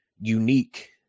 unique